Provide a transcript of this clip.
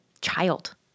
child